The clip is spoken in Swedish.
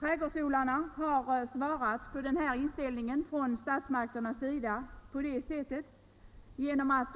Trädgårdsodlarna har svarat på denna inställning från statsmakternas sida genom att